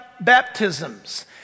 baptisms